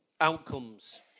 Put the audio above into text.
outcomes